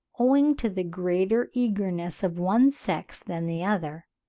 owing to the greater eagerness of one sex than the other,